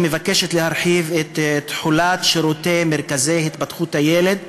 מבקשת להרחיב את תחולת שירותי מרכזי התפתחות הילד,